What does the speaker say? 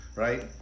Right